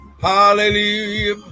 Hallelujah